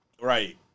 Right